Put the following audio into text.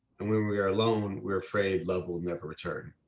and when we are alone, we're afraid love will never return.